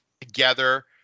together